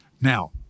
Now